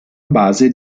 base